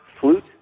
flute